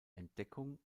entdeckung